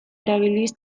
erabiliz